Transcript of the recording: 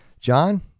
john